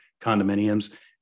condominiums